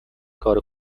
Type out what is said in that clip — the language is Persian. کارو